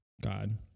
God